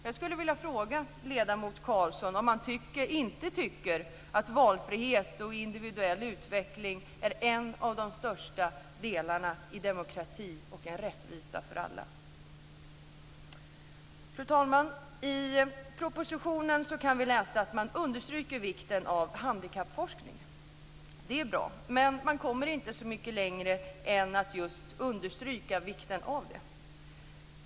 Jag skulle vilja fråga ledamot Karlsson om han inte tycker att valfrihet och individuell utveckling är en av de största delarna i demokrati och rättvisa för alla. Fru talman! I propositionen kan vi läsa att man understryker vikten av handikappforskning. Det är bra, men man kommer inte så mycket längre än att just understryka vikten av det.